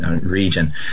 region